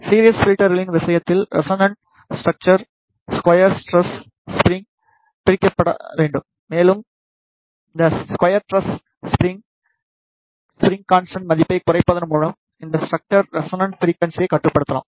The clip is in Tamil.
சீரிஸ் பில்டர்களின் விஷயத்தில் ரெசோனன்ட் ஸ்ட்ரக்ச்சர்கள் ஸ்க்கோயர் டிரஸ் ஸ்ப்ரிங்கால் பிரிக்கப்பட வேண்டும் மேலும் இந்த ஸ்க்கோயர் டிரஸ் ஸ்ப்ரிங்ககின் ஸ்ப்ரிங் கான்ஸ்டன்ட் மதிப்பைக் குறைப்பதன் மூலம் இந்த ஸ்ட்ரக்ச்சரின் ரெசோனன்ட் ஃபிரிக்வன்சியை கட்டுப்படுத்தலாம்